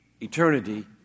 eternity